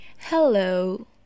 Hello